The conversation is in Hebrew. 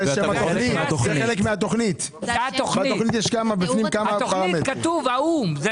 התוכנית - כתוב האו"ם.